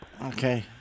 Okay